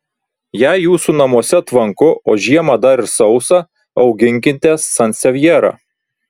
jei jūsų namuose tvanku o žiemą dar ir sausa auginkite sansevjerą